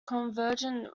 convergent